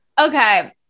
Okay